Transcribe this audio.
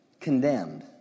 condemned